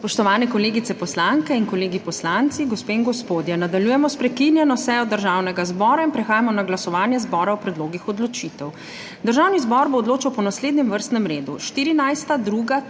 Spoštovani kolegice poslanke in kolegi poslanci, gospe in gospodje! Nadaljujemo s prekinjeno sejo Državnega zbora in prehajamo na glasovanje zbora o predlogih odločitev. Državni zbor bo odločal po naslednjem vrstnem redu: 14.,